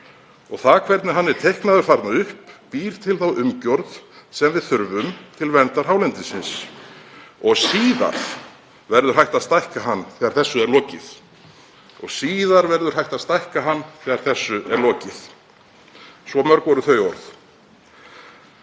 og það hvernig hann er teiknaður þarna upp býr til þá umgjörð sem við þurfum til, til verndar hálendinu. Og síðar verður hægt að stækka hann þegar þessu er lokið. Og síðar verður hægt að stækka hann þegar þessu er lokið. Svo mörg voru þau orð.